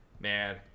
man